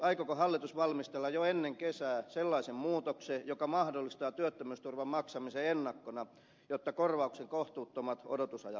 aikooko hallitus valmistella jo ennen kesää sellaisen muutoksen joka mahdollistaa työttömyysturvan maksamisen ennakkona jotta korvauksen kohtuuttomat odotusajat poistuvat